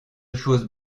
choses